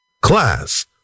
Class